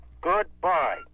Goodbye